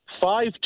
five